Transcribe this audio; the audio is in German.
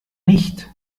nicht